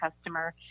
customer